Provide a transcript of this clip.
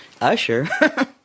Usher